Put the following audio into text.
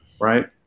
right